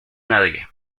nadie